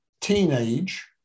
teenage